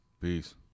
Peace